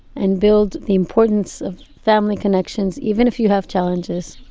and build the importance of family connections, even if you have challenges,